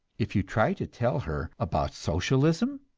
if you try to tell her about socialism,